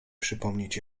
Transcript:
przypomnieć